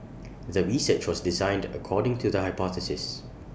the research was designed according to the hypothesis